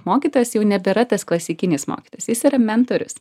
mokytojas jau nebėra tas klasikinis mokytojas jis yra mentorius